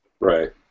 Right